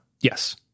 Yes